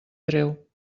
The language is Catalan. treu